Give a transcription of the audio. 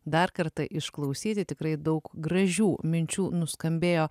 dar kartą išklausyti tikrai daug gražių minčių nuskambėjo